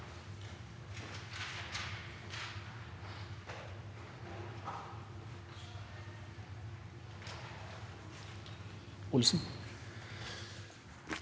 Olsen